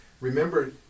Remember